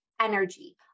energy